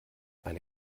eine